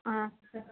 ಹಾಂ ಸರ್